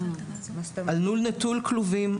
לול נטול כלובים,